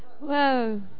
Whoa